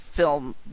Film